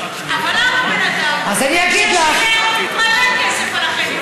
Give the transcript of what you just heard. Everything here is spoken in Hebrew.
אבל למה בן אדם ששילם מלא כסף על חניון,